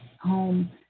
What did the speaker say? home